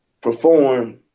perform